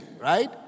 right